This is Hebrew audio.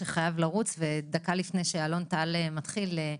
שחייב לעזוב וחשוב לי שנשמע אותו.